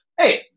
Hey